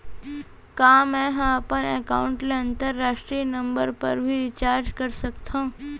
का मै ह अपन एकाउंट ले अंतरराष्ट्रीय नंबर पर भी रिचार्ज कर सकथो